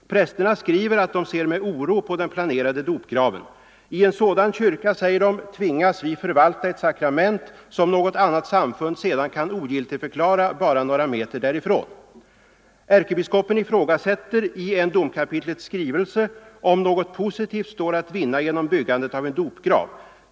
Prästerna skriver att de ser med oro på den planerade dopgraven. ”I en sådan kyrka tvingas vi förvalta ett sakrament som något annat samfund sedan kan ogiltigförklara bara några meter därifrån.” Ärkebiskopen ifrågasätter i en domkapitlets skrivelse om något positivt står att vinna genom byggandet av en dopgrav.